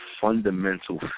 fundamental